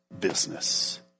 business